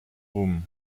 ruhm